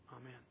Amen